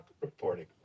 reporting